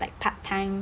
like part-time